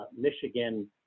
Michigan